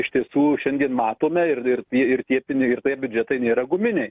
iš tiesų šiandien matome ir ir ir tie pini ir tie biudžetai nėra guminiai